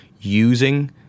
using